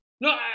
No